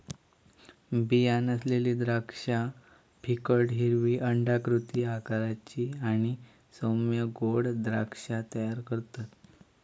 बीया नसलेली द्राक्षा फिकट हिरवी अंडाकृती आकाराची आणि सौम्य गोड द्राक्षा तयार करतत